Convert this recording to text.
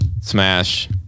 Smash